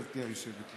גברתי היושבת-ראש.